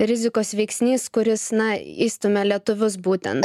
rizikos veiksnys kuris na įstumia lietuvius būtent